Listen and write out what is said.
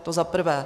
To za prvé.